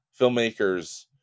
filmmakers